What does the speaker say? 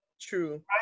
True